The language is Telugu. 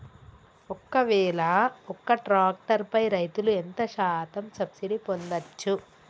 ఒక్కవేల ఒక్క ట్రాక్టర్ పై రైతులు ఎంత శాతం సబ్సిడీ పొందచ్చు?